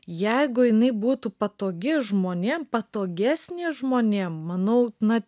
jeigu jinai būtų patogi žmonėm patogesnė žmonėm manau na